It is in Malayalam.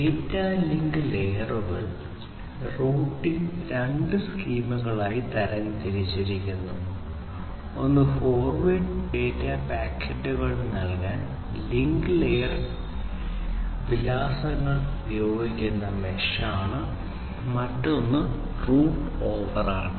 ഡാറ്റ ലിങ്ക് ലെയർ റൂട്ടിംഗ് രണ്ട് സ്കീമുകളായി തരംതിരിച്ചിരിക്കുന്നു ഒന്ന് ഫോർവേഡ് ഡാറ്റ പാക്കറ്റുകൾക്ക് നൽകാൻ ലിങ്ക് ലെയർ വിലാസങ്ങൾ ഉപയോഗിക്കുന്ന മെഷ് ആണ് മറ്റൊന്ന് റൂട്ട് ഓവർ ആണ്